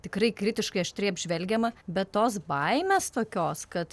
tikrai kritiškai aštriai apžvelgiama bet tos baimės tokios kad